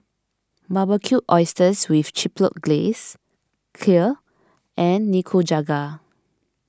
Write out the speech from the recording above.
Barbecued Oysters with Chipotle Glaze Kheer and Nikujaga